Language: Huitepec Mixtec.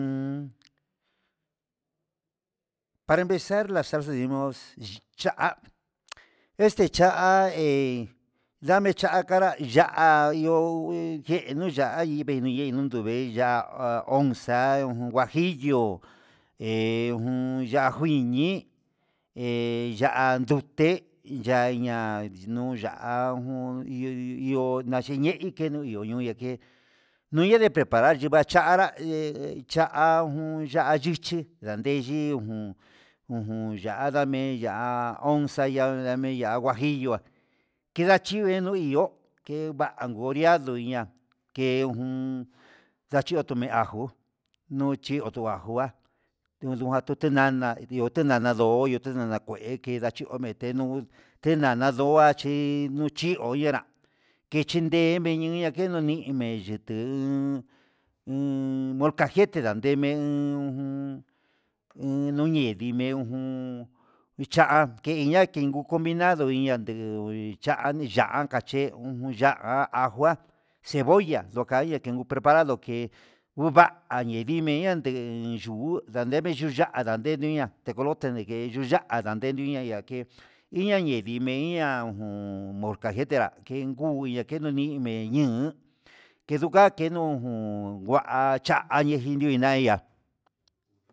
Para empezar la salsa decimos cha'a este cha'a he ndame chakanra ya'a no nguen o ya'a, yime nihe yuntuve'e ndonduve ya'a onxa'a un juajillo he ya'a jui nii, he ya'a ndute yaña'a nun ya jun he ihó nachinei kenu ñuya ke nundeve preparar yiva'a chanra ye cha'a jun, ya'a yichi yande yuu ujun ya'a ndame ya'á onza, ya'a ndame ya'a huajilloa kedachiyo ke va'a nguajunrado ya'a ya'achillo ta ke ajo, nochi ndoa jua nochi nuu tinana ndio tinana ndió tinana kué ndachio metenu tenana ndo'a chi nutinu tenrá kechende kenuña tendo mi'i, mi mendu molcagete ndaden me'en iin nduñi ndimen jun vicha keña'a kengu comida nandiuña ndee ña'a micha'a, kache nuya'a ajo kua cebolla ndukaya preparado ke nduva'a ndimeya kee yuku ndandeme nduya'a ndandeme nuña coyote nigue ya'a ndakeniunya ndake nuyanidi ndimeya jun mocagete nra kengu ndakenuni ndenjun keduka kenujun ngua ya'a ye nijenuina ya'a.